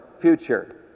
future